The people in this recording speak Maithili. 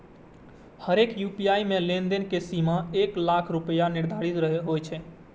हरेक यू.पी.आई मे लेनदेन के सीमा एक लाख रुपैया निर्धारित होइ छै